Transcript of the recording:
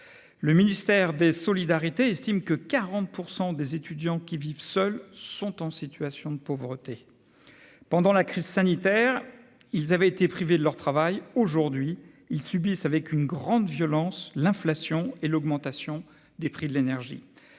Le ministère des solidarités estime que 40 % des étudiants qui vivent seuls sont en situation de pauvreté. Pendant la crise sanitaire, ils avaient été privés de leur emploi ; désormais, ils subissent avec une grande violence l'inflation et l'augmentation des prix de l'énergie.